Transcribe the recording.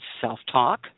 self-talk